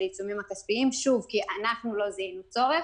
העיצומים הכספיים כי אנחנו לא זיהינו צורך.